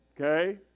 Okay